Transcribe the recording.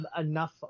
enough